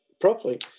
properly